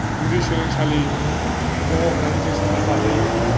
गुदि सोलोंसालि दङ होननानै जों साननानै लाजायो